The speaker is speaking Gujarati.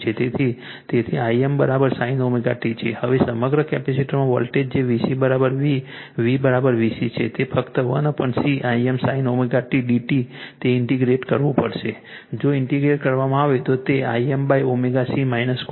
તેથી તેથી Im sin ωt છે હવે સમગ્ર કેપેસિટરમાં વોલ્ટેજ જે VC V V VC છે તેને ફક્ત 1C Im sin ωt dt ને ઇંટીગ્રેટ કરવું પડશે જો ઇંટીગ્રેટ કરવામાં આવે તો તે Imω C cos ωt થશે